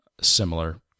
similar